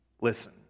listen